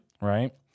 Right